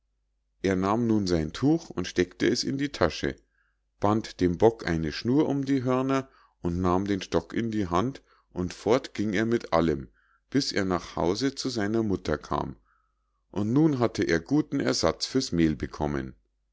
er nahm nun sein tuch und steckte es in die tasche band dem bock eine schnur um die hörner und nahm den stock in die hand und fort ging er mit allem bis er nach hause zu seiner mutter kam und nun hatte er guten ersatz für's mehl bekommen